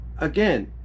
again